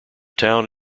town